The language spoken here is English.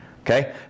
Okay